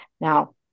Now